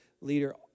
leader